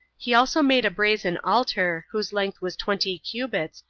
he also made a brazen altar, whose length was twenty cubits,